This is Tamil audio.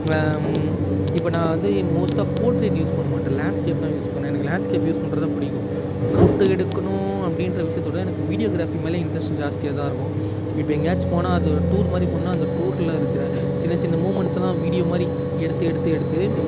இப்போ நான் வந்து மோஸ்ட்டாக போர்ட்ரைட் யூஸ் பண்ண மாட்டேன் லேன்ஸ்கேப் தான் யூஸ் பண்ணுவேன் எனக்கு லேன்ஸ்கேப் யூஸ் பண்ணுறது தான் பிடிக்கும் ஃபோட்டோ எடுக்கணும் அப்படின்ற விஷயத்தை விட எனக்கு வீடியோகிராஃபி மேலேயும் இன்ட்ரெஸ்ட்டு ஜாஸ்தியாக தான் இருக்கும் இப்போ எங்கேயாச்சி போனால் அது டூரு மாதிரி போனேன்னா அந்த டூரில் இருக்கிற சின்ன சின்ன மூவ்மெண்ட்ஸுலாம் வீடியோ மாதிரி எடுத்து எடுத்து எடுத்து